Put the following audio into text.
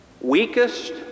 weakest